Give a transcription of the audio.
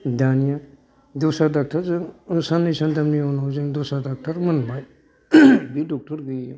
दानिया दस्रा डक्ट'रजों साननै सानथामनि उनाव जों दस्रा डक्ट'र मोनबाय डक्ट'र गैयैआव